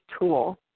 tool